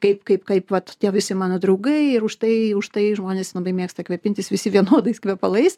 kaip kaip kaip vat tie visi mano draugai ir už tai už tai žmonės labai mėgsta kvėpintis visi vienodais kvepalais